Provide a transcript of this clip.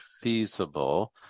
feasible